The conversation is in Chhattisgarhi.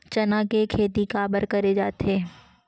चना के खेती काबर करे जाथे?